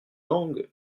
langue